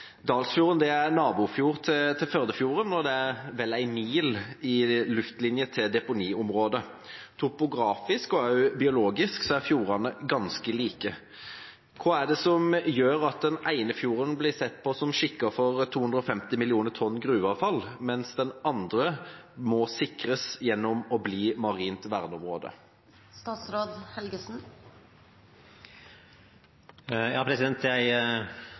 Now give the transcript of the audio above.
er nabofjord til Førdefjorden, og det er vel én mil i luftlinje til deponiområdet. Topografisk og biologisk er fjordene ganske like. Hva er det som gjør at den ene fjorden blir sett på som skikket for 250 millioner tonn gruveavfall, mens den andre må sikres gjennom å bli marint verneområde?